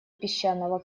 песчаного